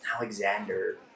Alexander